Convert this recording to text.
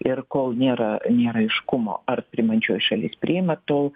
ir kol nėra aiškumo ar priimančioji šalis priima tol